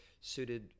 suited